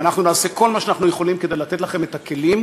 שאנחנו נעשה כל מה שאנחנו יכולים כדי לתת לכם את הכלים,